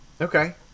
Okay